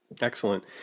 Excellent